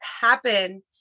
happen